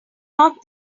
not